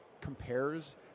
compares